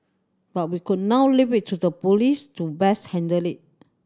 but we could now leave it to the police to best handle it